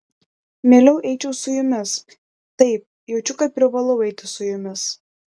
mieliau eičiau su jumis taip jaučiu kad privalau eiti su jumis